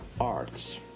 arts